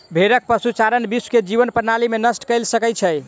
भेड़क पशुचारण विश्व के जीवन प्रणाली के नष्ट कय सकै छै